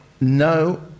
no